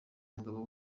umugabo